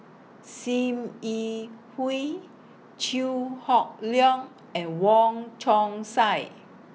SIM Yi Hui Chew Hock Leong and Wong Chong Sai